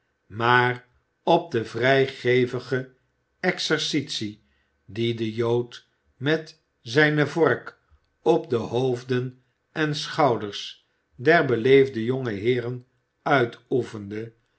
maar op de vrijgegevige exercitie die de jood met zijne vork op de hoofden en schouders der beleefde jonge heeren uitoefende